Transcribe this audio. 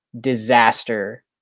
disaster